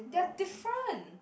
they're different